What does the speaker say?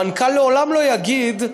המנכ"ל לעולם לא יגיד,